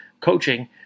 coaching